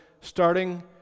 starting